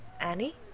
Annie